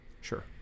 Sure